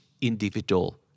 individual